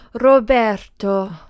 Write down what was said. Roberto